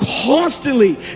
constantly